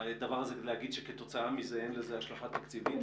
ולהגיד שכתוצאה מזה אין לזה השלכה תקציבית.